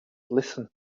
listen